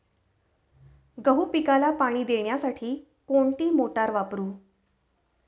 गहू पिकाला पाणी देण्यासाठी कोणती मोटार वापरू?